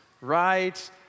right